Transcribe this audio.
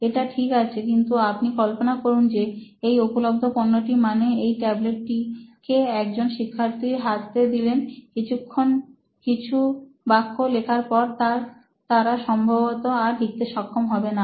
এটা ঠিক আছে কিন্তু আপনি কল্পনা করুন যে এই উপলব্ধ পণ্যটি মানে এই ট্যাবলেটটি কে একজন শিক্ষার্থীর হাতে দিলেন কিছুক্ষণ কিছু বাক্য লেখার পর তারা সম্ভবত আর লিখতে সক্ষম হবে না